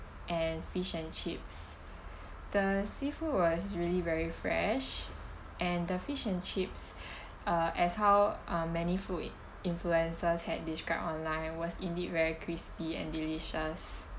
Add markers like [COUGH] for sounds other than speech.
and fish and chips the seafood was really very fresh and the fish and chips [BREATH] are as how uh many food influences had described online was indeed very crispy and delicious